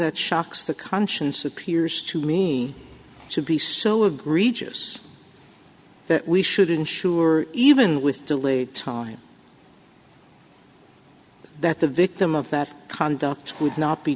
that shocks the conscience appears to me to be so agreed chips that we should ensure even with delayed time that the victim of that conduct would not be